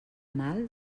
mal